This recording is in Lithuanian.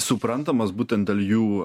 suprantamas būtent dėl jų